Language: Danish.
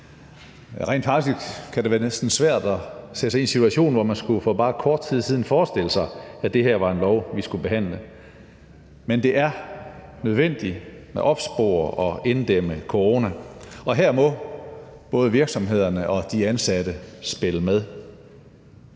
Rent faktisk kan det næsten være svært at sætte sig ind i en situation, hvor man for bare kort tid siden skulle forestille sig, at det her var et lovforslag, vi skulle behandle. Men det er nødvendigt at opspore og inddæmme corona, og her må både virksomhederne og de ansatte spille med.